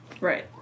Right